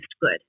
good